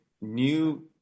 new